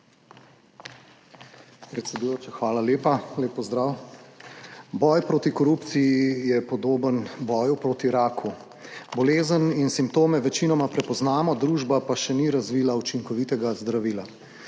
Predsedujoča, hvala lepa. Lep pozdrav. Boj proti korupciji je podoben boju proti raku. Bolezen in simptome večinoma prepoznamo družba pa še ni razvila učinkovitega zdravila,